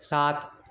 সাত